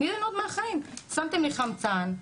שמתם לי חמצן,